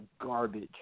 garbage